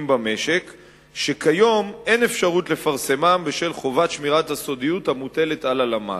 במשק שכיום אין אפשרות לפרסמם בשל חובת שמירת הסודיות המוטלת על הלמ"ס.